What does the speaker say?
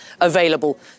available